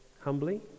humbly